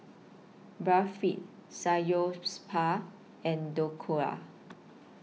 Barfi and Dhokla